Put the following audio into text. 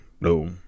no